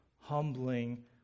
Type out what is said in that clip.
humbling